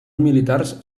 militars